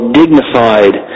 dignified